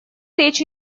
речь